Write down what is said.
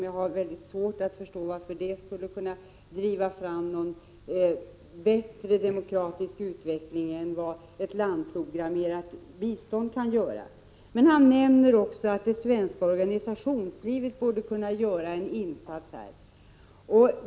Jag har väldigt svårt att förstå varför det skulle kunna driva fram någon bättre demokratisk utveckling än vad ett landprogrammerat bistånd kan göra. Han nämner också att det svenska organisationslivet borde kunna göra en insats.